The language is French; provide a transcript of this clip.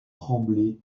tremblaient